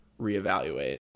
reevaluate